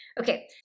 Okay